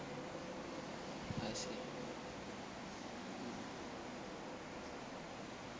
I see